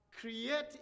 create